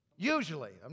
Usually